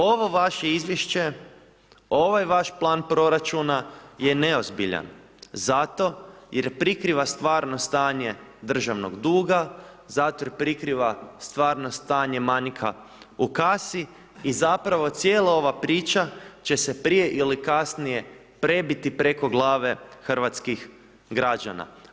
Ovo vaše Izvješće, ovaj vaš plan proračuna je neozbiljan zato jer prikriva stvarno stanje državnog duga, zato jer prikriva stvarno stanje manjka u kasi i zapravo cijela ova priča će se prije ili kasnije prebiti preko glave hrvatskih građana.